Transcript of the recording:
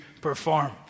perform